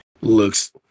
looks